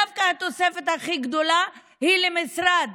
דווקא התוספת הכי גדולה היא למשרד